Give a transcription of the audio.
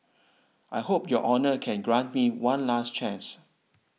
I hope your honour can grant me one last chance